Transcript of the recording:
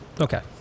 Okay